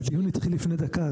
הדיון התחיל לפני דקה,